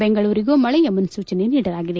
ಬೆಂಳೂರಿಗೂ ಮಳೆಯ ಮುನ್ಸೂಚನೆ ನೀಡಲಾಗಿದೆ